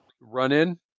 run-in